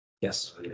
Yes